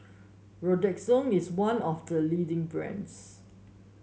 Redoxon is one of the leading brands